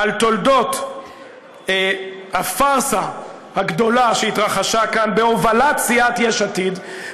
על תולדות הפארסה הגדולה שהתרחשה כאן בהובלת סיעת יש עתיד,